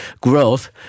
growth